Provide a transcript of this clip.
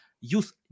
use